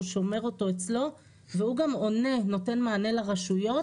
הוא שומר אותו אצלו והוא גם נותן מענה לרשויות